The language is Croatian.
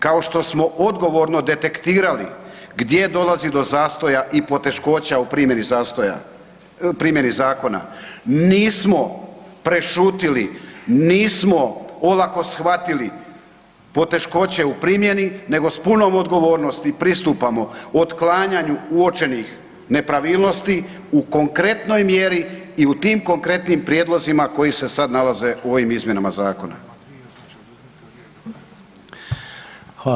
Kao što smo odgovorno detektirali gdje dolazi do zastoja i poteškoća u primjeni Zakona nismo prešutjeli, nismo olako shvatili teškoće u primjeni, nego s puno odgovornosti i pristupamo otklanjanju uočenih nepravilnosti u konkretnoj mjeri i u tim konkretnim prijedlozima koji se sada nalaze u ovim izmjenama Zakona.